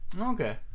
okay